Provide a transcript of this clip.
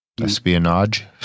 Espionage